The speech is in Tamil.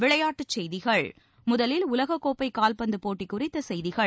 விளையாட்டுச்செய்திகள் முதலில் உலகக்கோப்பை கால்பந்து போட்டிக் குறித்த செய்திகள்